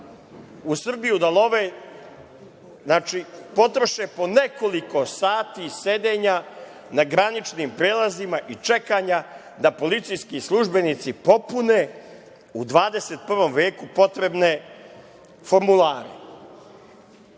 u Srbiju da love, potroše po nekoliko sati sedenja na graničnim prelazima i čekanja da policijski službenici popune u 21. veku potrebne formulare